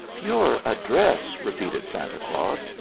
your address, repeated santa claus.